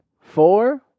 four